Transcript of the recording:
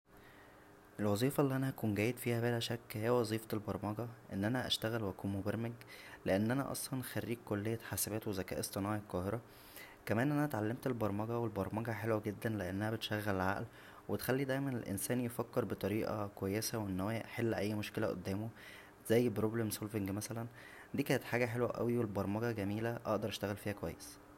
الوظيفه اللى انا هكون جيد فيها بلا شك هى وظيفة البرمجه ان انا اشتغل واكون مبرمج لان انا اصلا خريج كلية حاسبات وذكاء اصطناعى القاهره كان انا اتعلمت البرمجه والبرمجه حلوه جدا لانها بتشغل العقل و تخلى دايما الانسان يفكر بطريقه كويسه وان هو يحل اى مشكله قدامه زى البروبلم سولفنج مثلا دى كانت حاجه حلوه اوى و البرمجه جميله اقدر اشتغل فيها كويس